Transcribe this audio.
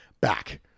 back